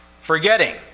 forgetting